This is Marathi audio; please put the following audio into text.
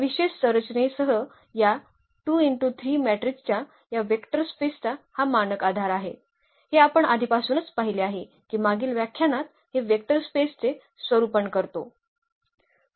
या विशेष संरचनेसह या मॅट्रिकांच्या या वेक्टर स्पेसचा हा मानक आधार आहे हे आपण आधीपासूनच पाहिले आहे की मागील व्याख्यानात हे वेक्टर स्पेसचे स्वरूपन करते